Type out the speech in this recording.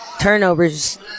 turnovers